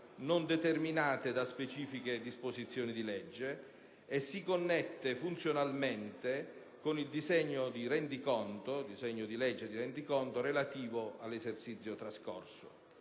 non determinate da specifiche disposizioni di legge e si connette funzionalmente con il disegno di legge di rendiconto relativo all'esercizio trascorso,